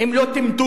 אם לא טמטום?